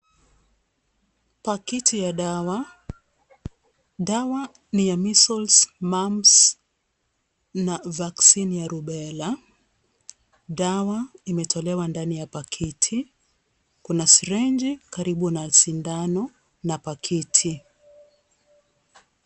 Pakiti ya dawa, dawa ni ya Measles, Mumphs na vaccine ya Rubella , dawa imetolewa ndani ya pakiti, kuna sirinji karibu na sindano na pakiti.